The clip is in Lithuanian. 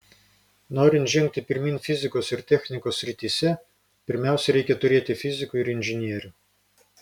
norint žengti pirmyn fizikos ir technikos srityse pirmiausia reikia turėti fizikų ir inžinierių